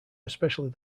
especially